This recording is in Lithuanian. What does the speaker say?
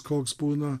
koks būna